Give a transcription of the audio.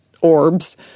orbs